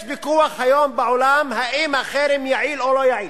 יש ויכוח היום בעולם אם החרם יעיל או לא יעיל.